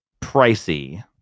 pricey